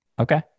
Okay